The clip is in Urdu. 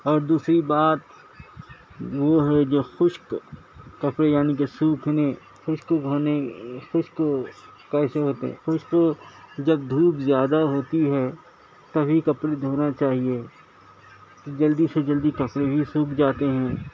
اور دوسری بات وہ ہے جو خشک کپڑے یعنی کہ سوکھنے خشک ہونے خشک کیسے ہوتے خشک جب دھوپ زیادہ ہوتی ہے تبھی کپڑے دھونا چاہیے جلدی سے جلدی کپڑے بھی سوکھ جاتے ہیں